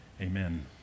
Amen